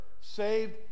Saved